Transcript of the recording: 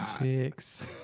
six